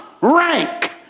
rank